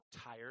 tired